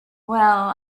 well